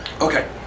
Okay